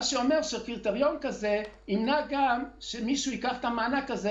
מה שאומר שקריטריון כזה ימנע מצב שמישהו ייקח את המענק הזה